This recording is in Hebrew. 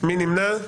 מי נמנע?